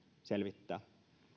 selvittää